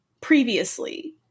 previously